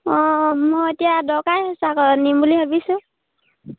অঁ মই এতিয়া দৰকাৰে হৈছে আকৌ নিম বুলি ভাবিছোঁ